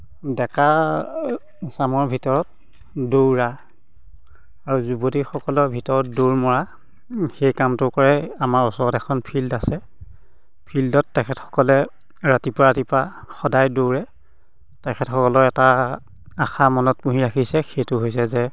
ডেকা চামৰ ভিতৰত দৌৰা আৰু যুৱতীসকলৰ ভিতৰত দৌৰ মৰা সেই কামটো কৰে আমাৰ ওচৰত এখন ফিল্ড আছে ফিল্ডত তেখেতসকলে ৰাতিপুৱা ৰাতিপুৱা সদায় দৌৰে তেখেতসকলৰ এটা আশা মনত পুহি ৰাখিছে সেইটো হৈছে যে